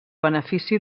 benefici